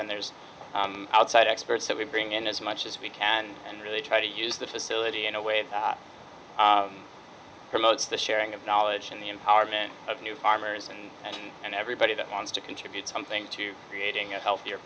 then there's outside experts that we bring in as much as we can and really try to use the facility in a way promotes the sharing of knowledge and the empowerment of new farmers and and everybody that wants to contribute something to creating a healthier